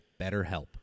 BetterHelp